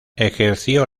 ejerció